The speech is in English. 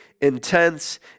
intense